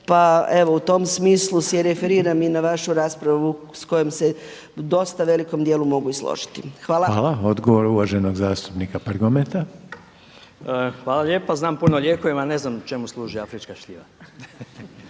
Pa evo, u tom smislu se i referiram i na vašu raspravu s kojom se u dosta velikom dijelu mogu i složiti. Hvala. **Reiner, Željko (HDZ)** Hvala. Odgovor uvaženog zastupnika Prgometa. **Prgomet, Drago (HDZ)** Hvala lijepa. Znam puno o lijekovima, ne znam čemu služi afrička šljiva.